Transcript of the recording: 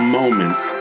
moments